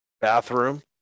bathroom